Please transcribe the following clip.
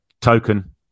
token